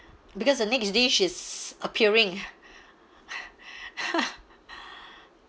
because the next dish is appearing